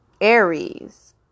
Aries